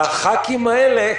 וחברי הכנסת האלה,